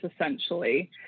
essentially